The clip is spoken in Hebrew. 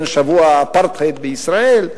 שבוע האפרטהייד בישראל,